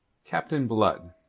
captain blood,